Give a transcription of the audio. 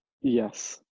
Yes